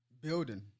building